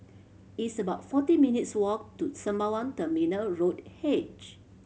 it's about forty minutes' walk to Sembawang Terminal Road H